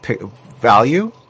value